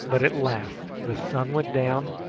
but at last the sun went down,